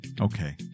okay